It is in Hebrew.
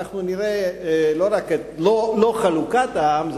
אנחנו נראה לא חלוקת העם,